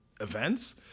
events